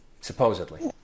Supposedly